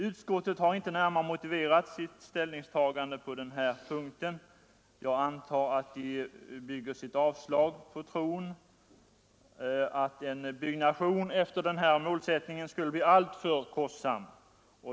Utskottet har inte närmare motiverat sitt ställningstagande på den här punkten. Jag antar att man bygger sitt avstyrkande på tron att en byggnation efter den här målsättningen skulle bli alltför kostsam.